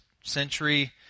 century